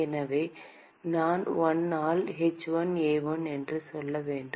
எனவே நான் 1 ஆல் h1A1 என்று சொல்ல வேண்டும்